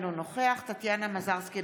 אינו נוכח טטיאנה מזרסקי,